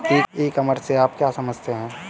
ई commerce से आप क्या समझते हैं?